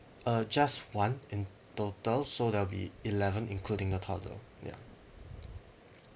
uh just one in total so there'll be eleven including a toddler ya